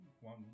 one